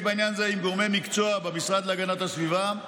בעניין זה עם גורמי מקצוע במשרד להגנת הסביבה,